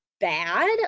bad